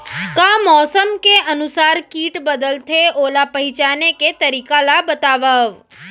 का मौसम के अनुसार किट बदलथे, ओला पहिचाने के तरीका ला बतावव?